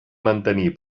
mantenir